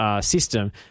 system